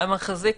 (ב)המחזיק